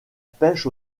pêche